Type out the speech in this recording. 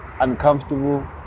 uncomfortable